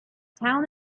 town